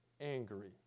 angry